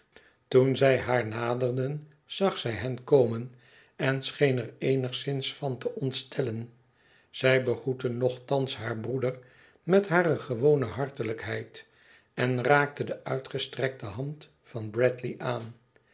toen zij haar naderden zag zij hen komen en scheen er eenigszins van te ontstellen zij begroette nogthans haar broeder met hare gewone hartelijkheid en raakte de uitgestrekte hand van bradley aan